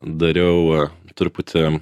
dariau truputį